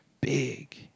big